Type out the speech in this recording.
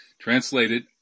translated